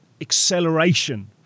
acceleration